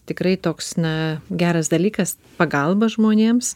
tikrai toks na geras dalykas pagalba žmonėms